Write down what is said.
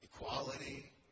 equality